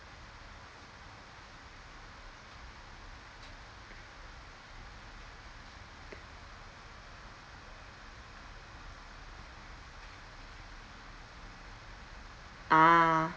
ah